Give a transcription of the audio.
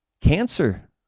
Cancer